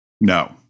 no